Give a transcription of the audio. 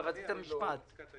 רצית משפט?